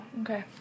okay